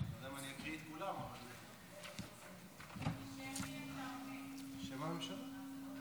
בשם הממשלה.